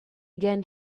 again